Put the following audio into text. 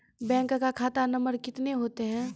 Bank का खाता number कितने होते हैं?